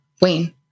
Wayne